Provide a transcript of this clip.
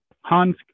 hans